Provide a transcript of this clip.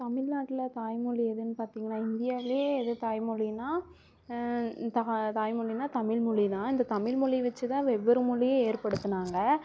தமிழ்நாட்டில தாய்மொழி எதுன்னு பார்த்திங்கன்னா இந்தியாவிலையே எது தாய்மொழினால் தா தாய்மொழினால் தமிழ்மொழிதான் இந்த தமிழ்மொழியை வச்சிதான் வெவ்வேறு மொழியை ஏற்படுத்துனாங்க